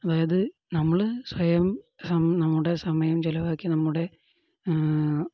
അതായതു നമ്മള് സ്വയം നമ്മുടെ സമയം ചെലവാക്കി നമ്മുടെ